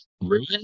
ruin